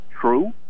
true